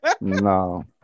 No